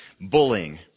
bullying